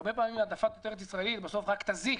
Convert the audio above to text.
הרבה פעמים העדפת תוצרת ישראלית בסוף רק תזיק